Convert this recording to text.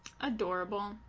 Adorable